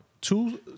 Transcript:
two